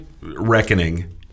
reckoning